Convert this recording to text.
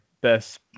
best